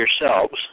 yourselves